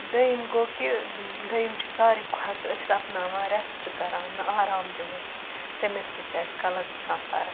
دوٚیِم گوٚو کہِ دوٚیِم چھِ ساروی کھۄتہٕ أسۍ اَپناوان رؠسٹ کَران نہٕ آرام دِوان تٔمِس سۭتۍ چھِ اَسہِ کَلَس گژھان فَرَق